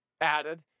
added